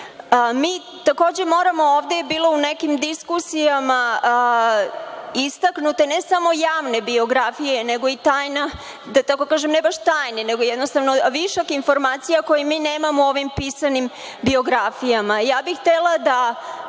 ljudi. Ovde je bilo u nekim diskusijama istaknuta ne samo javne biografije nego i tajna, da tako kaže, ne baš tajne, nego jednostavno višak informacija koje mi nemamo u ovim pisanim biografijama. Htela bih da kažem